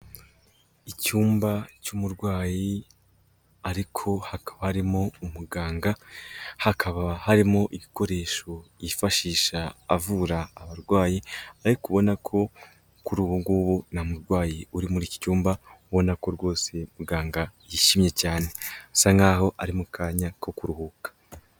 Icyumba cy'umurwayi ariko hakaba harimo umuganga, hakaba harimo ibikoresho yifashisha avura abarwayi ariko kubona ko kuri ubu ngubu nta murwayi uri muri iki cyumba ubona ko rwose muganga yishimye cyane asa nkaho ari mu kanya ko kuruhuka.